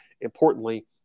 importantly